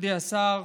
מכובדי השר,